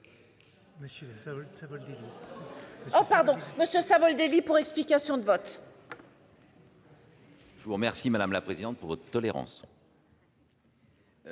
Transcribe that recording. Pascal Savoldelli, pour explication de vote.